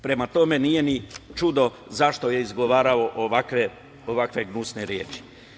Prema tome, nije ni čudo zašto je izgovarao ovakve gnusne reči.